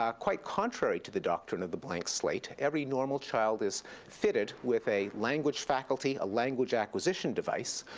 um quite contrary to the doctrine of the blank slate every normal child is fitted with a language faculty, a language acquisition device,